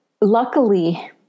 luckily